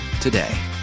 today